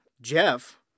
Jeff